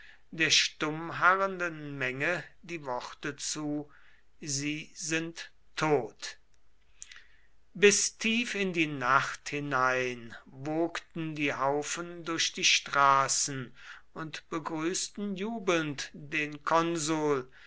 der stumm harrenden menge die worte zu sie sind tot bis tief in die nacht hinein wogten die haufen durch die straßen und begrüßten jubelnd den konsul